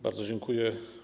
Bardzo dziękuję.